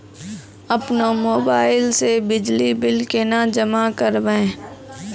अपनो मोबाइल से बिजली बिल केना जमा करभै?